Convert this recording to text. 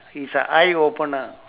it's a eye opener